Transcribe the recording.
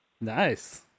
Nice